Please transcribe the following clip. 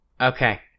Okay